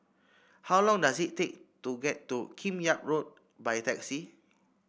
how long does it take to get to Kim Yam Road by taxi